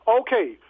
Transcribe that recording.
Okay